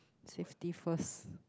safety first